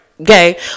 okay